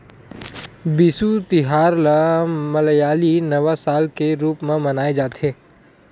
बिसु तिहार ल मलयाली नवा साल के रूप म मनाए जाथे